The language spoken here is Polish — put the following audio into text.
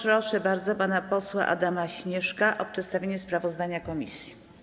Proszę bardzo pana posła Adama Śnieżka o przedstawienie sprawozdania komisji.